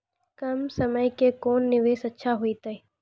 कम समय के कोंन निवेश अच्छा होइतै?